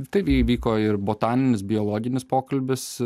taip įvyko ir botaninis biologinis pokalbis